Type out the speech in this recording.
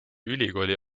ülikooli